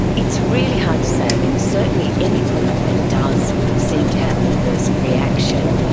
it's really hard to say. um and certainly any product that does seem to have an adverse reaction,